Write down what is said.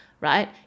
right